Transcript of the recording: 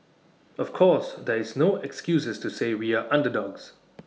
of course there is no excuses to say we are underdogs